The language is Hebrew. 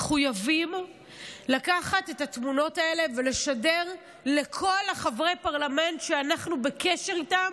מחויבים לקחת את התמונות האלה ולשדר לכל חברי פרלמנט שאנחנו בקשר איתם,